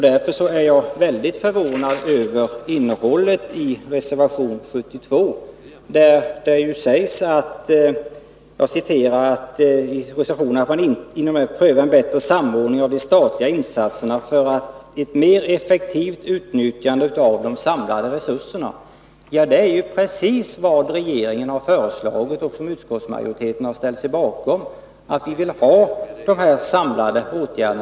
Därför är jag mycket förvånad över innehållet i reservation 72, där det sägs att ”man inom länet prövar en bättre samordning av de statliga insatserna för ett mer effektivt utnyttjande av de samlade resurserna”. Det är ju precis det som regeringen har föreslagit och som utskottsmajoriteten har ställt sig bakom! Vi vill ha dessa samlade åtgärder.